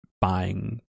buying